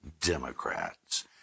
Democrats